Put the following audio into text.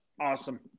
Awesome